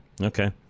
Okay